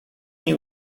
nie